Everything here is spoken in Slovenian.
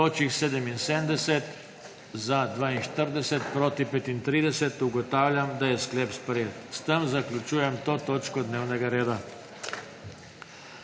je glasovalo 42.) (Proti 35.) Ugotavljam, da je sklep sprejet. S tem zaključujem to točko dnevnega reda.